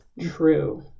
True